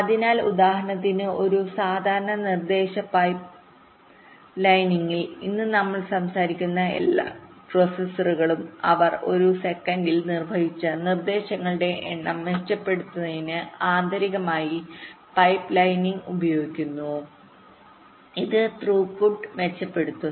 അതിനാൽ ഉദാഹരണത്തിന് ഒരു സാധാരണ നിർദ്ദേശ പൈപ്പ്ലൈനിംഗിൽ ഇന്ന് നമ്മൾ സംസാരിക്കുന്ന എല്ലാ പ്രോസസ്സറുകളും അവർ ഒരു സെക്കൻഡിൽ നിർവ്വഹിച്ച നിർദ്ദേശങ്ങളുടെ എണ്ണം മെച്ചപ്പെടുത്തുന്നതിന് ആന്തരികമായി പൈപ്പ് ലൈനിംഗ് ഉപയോഗിക്കുന്നു ഇത് ത്രൂപുട്ട് മെച്ചപ്പെടുത്തുന്നു